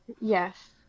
Yes